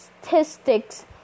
statistics